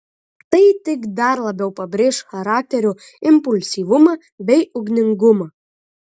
tai tik dar labiau pabrėš charakterio impulsyvumą bei ugningumą